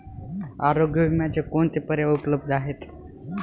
आरोग्य विम्याचे कोणते पर्याय उपलब्ध आहेत?